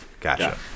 Gotcha